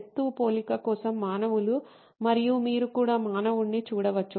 ఎత్తు పోలిక కోసం మానవులు మరియు మీరు కూడా మానవుడిని చూడవచ్చు